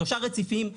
שלושה רציפים,